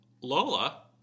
Lola